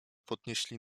podnieśli